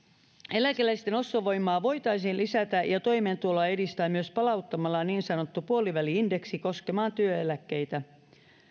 eläkeläisten ostovoimaa voitaisiin lisätä ja toimeentuloa edistää myös palauttamalla niin sanottu puoliväli indeksi koskemaan työeläkkeitä